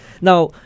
Now